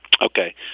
Okay